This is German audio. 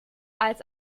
als